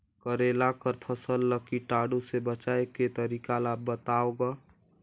करेला कर फसल ल कीटाणु से बचाय के तरीका ला बताव ग?